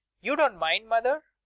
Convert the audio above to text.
you don't mind, mother?